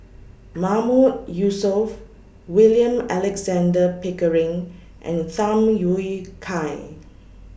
Mahmood Yusof William Alexander Pickering and Tham Yui Kai